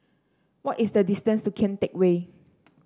what is the distance to Kian Teck Way